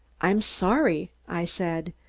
i'm sorry, i said,